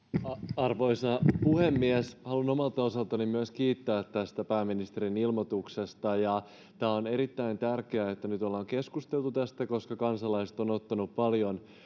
arvoisa puhemies haluan omalta osaltani myös kiittää tästä pääministerin ilmoituksesta on erittäin tärkeää että nyt ollaan keskusteltu tästä koska kansalaiset ovat ottaneet paljon